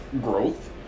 growth